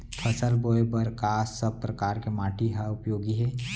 फसल बोए बर का सब परकार के माटी हा उपयोगी हे?